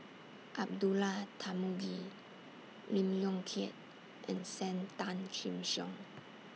Abdullah Tarmugi Lee Yong Kiat and SAM Tan Chin Siong